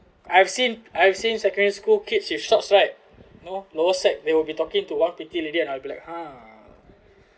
I've seen I've seen secondary school kids with shorts right no lower sec~ they were be talking to one pretty lady right and I will be like ha